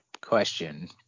question